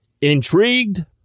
Intrigued